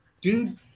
dude